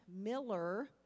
Miller